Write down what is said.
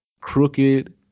crooked